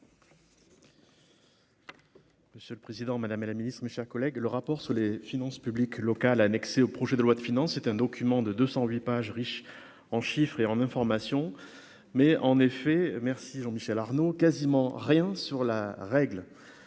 Monsieur le Président, Madame la Ministre, mes chers collègues, le rapport sur les finances publiques locales annexé au projet de loi de finances c'est un document de 208 pages riche en chiffres et en information mais en effet merci Jean Michel Arnaud quasiment rien sur la règle